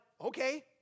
okay